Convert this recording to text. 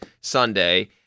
Sunday